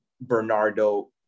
Bernardo